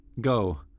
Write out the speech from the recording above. Go